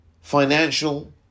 financial